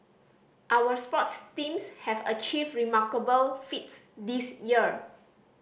our sports teams have achieved remarkable feats this year